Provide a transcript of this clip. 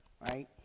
right